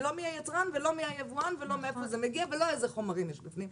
לא מי היצרן ולא מי היבואן ולא מאיפה זה מגיע ולא איזה חומרים יש בפנים,